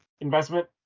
investment